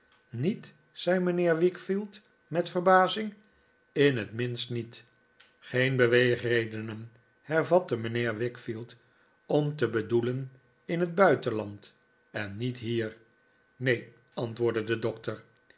niet zei mijnheer wickfield met verbazing in het minst niet geen beweegredenen hervatte mijnheer wickfield om te bedoelen in het buitenland en niet hier neen antwoordde de doctor